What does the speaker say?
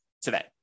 today